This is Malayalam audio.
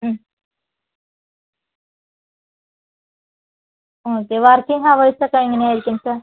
മ് ഓക്കെ വർക്കിംഗ് ഹവേഴ്സ് ഒക്കെ എങ്ങനെ ആയിരിക്കും സാർ